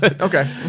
Okay